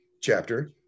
chapter